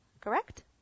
Correct